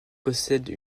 possède